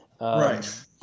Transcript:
right